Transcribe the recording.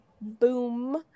boom